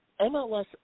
MLS